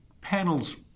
panel's